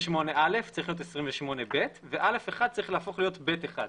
28ב ו-(א)(1) צריך להפוך להיות (ב)(1).